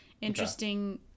Interesting